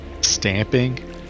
stamping